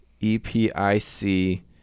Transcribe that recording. E-P-I-C